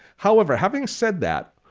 however having said that,